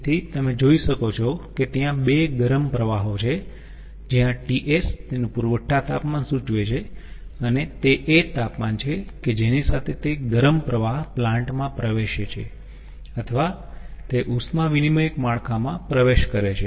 તેથી તમે જોઈ શકો છો કે ત્યાં બે ગરમ પ્રવાહો છે જ્યાં TS તેનું પુરવઠા તાપમાન સૂચવે છે અને તે એ તાપમાન છે કે જેની સાથે તે ગરમ પ્રવાહ પ્લાન્ટ માં પ્રવેશે છે અથવા તે ઉષ્મા વિનીમયક માળખામાં પ્રવેશ કરે છે